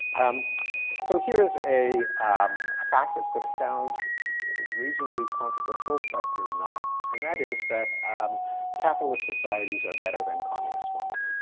um so here is a um ah fact that's gonna sound ragingly controversial but is not, and that is that um capitalist societies are better than communist ones.